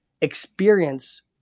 experience